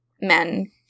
men